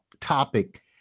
topic